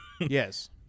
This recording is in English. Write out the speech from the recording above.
Yes